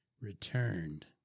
returned